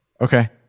Okay